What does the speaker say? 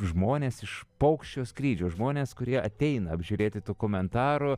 žmones iš paukščio skrydžio žmones kurie ateina apžiūrėti tų komentarų